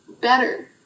better